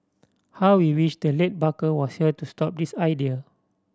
how we wish the late Barker was here to stop this idea